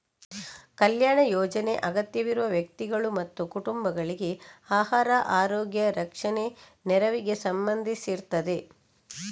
ಕಲ್ಯಾಣ ಯೋಜನೆ ಅಗತ್ಯವಿರುವ ವ್ಯಕ್ತಿಗಳು ಮತ್ತು ಕುಟುಂಬಗಳಿಗೆ ಆಹಾರ, ಆರೋಗ್ಯ, ರಕ್ಷಣೆ ನೆರವಿಗೆ ಸಂಬಂಧಿಸಿರ್ತದೆ